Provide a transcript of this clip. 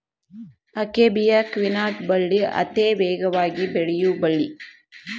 akebia quinata ಬಳ್ಳಿ ಅತೇ ವೇಗವಾಗಿ ಬೆಳಿಯು ಬಳ್ಳಿ